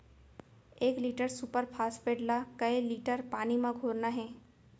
एक litre superphosphate ला कए लीटर पानी मा घोरना हे?